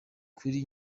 kuri